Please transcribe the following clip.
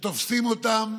שתופסים אותם